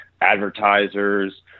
Advertisers